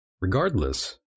Regardless